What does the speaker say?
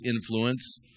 influence